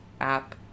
app